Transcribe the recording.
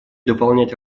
дополнять